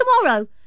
tomorrow